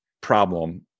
problem